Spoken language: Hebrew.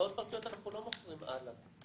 הלוואות פרטיות אנחנו לא מוכרים הלאה.